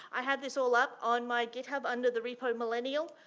i have this all up on my github under the repo millennial.